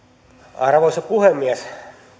arvoisa puhemies